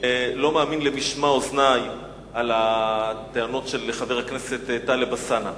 אני לא מאמין למשמע אוזני על הטענות של חבר הכנסת טלב אלסאנע.